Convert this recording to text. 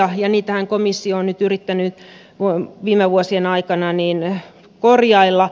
niitähän komissio on nyt yrittänyt viime vuosien aikana korjailla